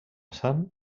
sant